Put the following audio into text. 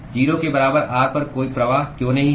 0 के बराबर r पर कोई प्रवाह क्यों नहीं है